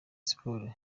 sports